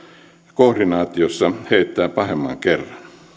koordinaatiossa heittää pahemman kerran